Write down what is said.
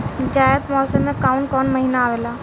जायद मौसम में काउन काउन महीना आवेला?